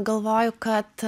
galvoju kad